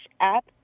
app